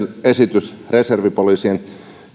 esitys reservipoliisien